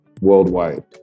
worldwide